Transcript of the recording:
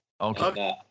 Okay